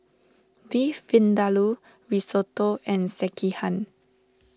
Beef Vindaloo Risotto and Sekihan